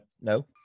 No